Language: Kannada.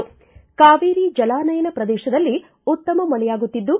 ಕಾವೇರಿ ಜಲಾನಯನ ಪ್ರದೇಶದಲ್ಲಿ ಉತ್ತಮ ಮಳೆಯಾಗುತ್ತಿದ್ದು